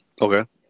Okay